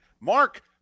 Mark